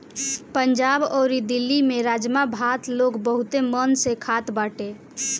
पंजाब अउरी दिल्ली में राजमा भात लोग बहुते मन से खात बाटे